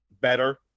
better